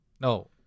no